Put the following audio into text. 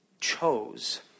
chose